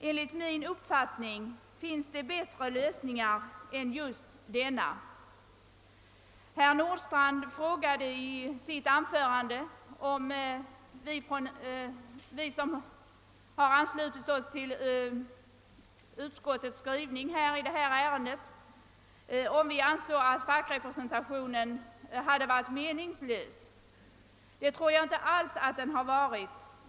Enligt min uppfattning finns det bättre lösningar än just denna. Herr Nordstrandh frågade i sitt anförande, om vi som har anslutit oss till utskottets skrivning i detta ärende ansåg att fackrepresentationen hade varit meningslös. Det tror jag alls inte att den har varit.